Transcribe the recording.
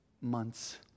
Months